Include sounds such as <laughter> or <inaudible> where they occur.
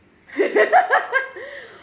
<laughs>